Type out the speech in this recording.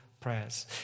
prayers